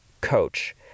coach